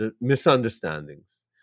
misunderstandings